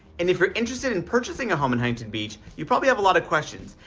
and if you're interested in purchasing a home in huntington beach, you probably have a lot of questions.